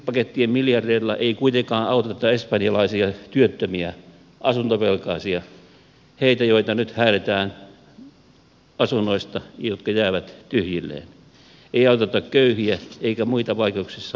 tukipakettien miljardeilla ei kuitenkaan auteta espanjalaisia työttömiä asuntovelkaisia heitä joita nyt häädetään asunnoista jotka jäävät tyhjilleen ei auteta köyhiä eikä muita vaikeuksissa olevia ihmisiä